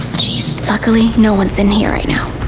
luckily, no one's in here right now.